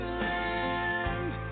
land